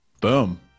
Boom